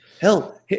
Hell